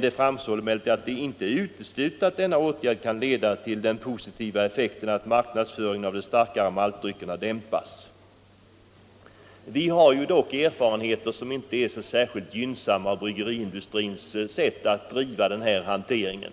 Det framhålls emellertid att det inte är uteslutet att denna åtgärd kan leda till den positiva effekten att marknadsföringen av de starkare maltdryckerna dämpas. Vi har emellertid inte särskilt gynnsamma erfarenheter av bryggeriindustrins sätt att driva denna hantering.